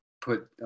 put